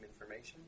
information